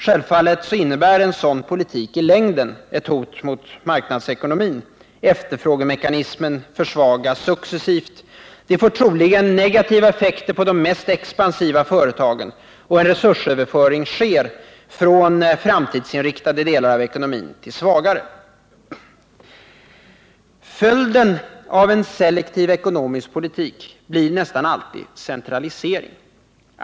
Självfallet innebär en sådan politik i längden ett hot mot marknadsekonomin — efterfrågemekanismen försvagas successivt. Det får troligen negativa effekter för de mest expansiva företagen — en resursöverföring sker från framtidsinriktade delar av ekonomin till svagare. Följden av en selektiv ekonomisk politik blir nästan alltid centralisering.